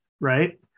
right